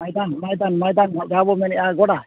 ᱢᱚᱭᱫᱟᱱ ᱢᱚᱭᱫᱟᱱ ᱢᱚᱭᱫᱟᱱ ᱡᱟᱦᱟᱸ ᱵᱚᱱ ᱢᱮᱱᱮᱜᱼᱟ ᱜᱚᱰᱟ